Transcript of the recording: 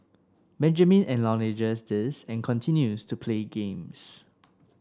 Benjamin acknowledges this and continues to play games